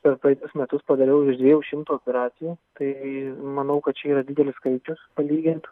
per praeitus metus padariau virš dviejų šimtų operacijų tai manau kad čia yra didelis skaičius palygint